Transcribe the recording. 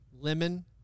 lemon